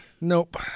Nope